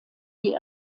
die